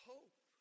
Hope